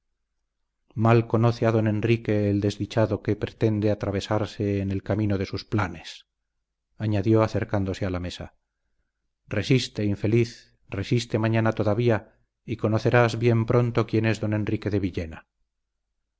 mal conoce a don enrique el desdichado que pretende atravesarse en el camino de sus planes añadió acercándose a la mesa resiste infeliz resiste mañana todavía y conocerás bien pronto quién es don enrique de villena